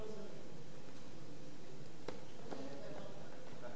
התשע"ב 2012, נתקבל.